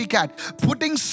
Putting